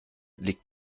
liegt